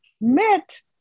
met